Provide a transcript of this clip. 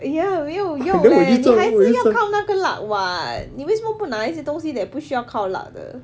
ya 没有用 leh 你还是要靠那个 luck [what] 你为什么不拿一些东西 that 不需要靠 luck 的